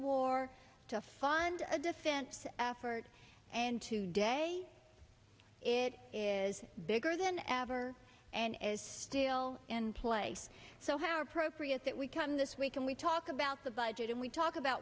war to fund a defense effort and today it is bigger than ever and is still in place so how appropriate that we come this week and we talk about the budget and we talk about